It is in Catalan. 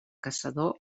caçador